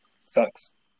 Sucks